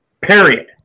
Period